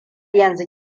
yanzu